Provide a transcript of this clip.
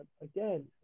again